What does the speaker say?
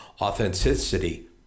authenticity